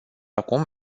acum